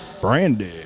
Brandy